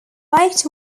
baked